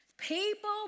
People